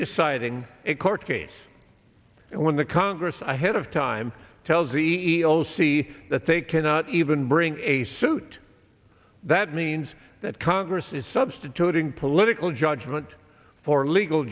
deciding a court case when the congress i head of time tells e e o c that they cannot even bring a suit that means that congress is substituting political judgment for legal